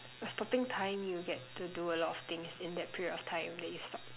stopping time you get to do a lot of things in that period of time that you stop